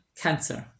cancer